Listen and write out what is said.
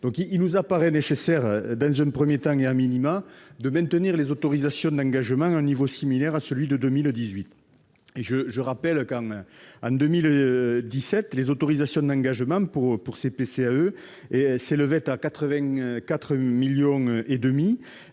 Il nous apparaît donc nécessaire, dans un premier temps et, de maintenir les autorisations d'engagement à un niveau similaire à celui de 2018. Je rappelle que, en 2017, les autorisations d'engagement pour le PCAE s'élevaient à 84,5 millions